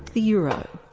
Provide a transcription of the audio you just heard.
the euro.